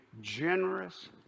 generous